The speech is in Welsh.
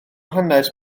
hanes